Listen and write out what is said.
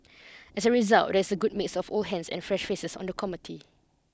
as a result there is a good mix of old hands and fresh faces on the committee